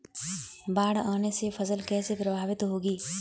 बाढ़ आने से फसल कैसे प्रभावित होगी?